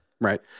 Right